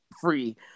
free